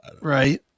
Right